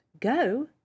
go